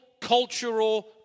cultural